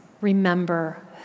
remember